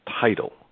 title